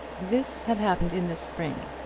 this had happened in the spring,